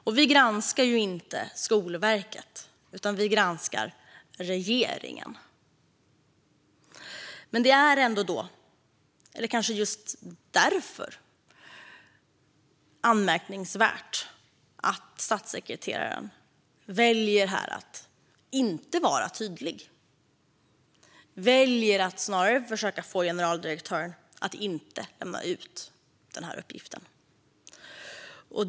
Vi granskar inte Skolverket, utan vi granskar regeringen. Men det är ändå, eller kanske just därför, anmärkningsvärt att statssekreteraren väljer att inte vara tydlig utan att snarare försöka få generaldirektören att inte lämna ut den här uppgiften.